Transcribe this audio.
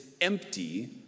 empty